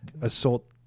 assault